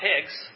pigs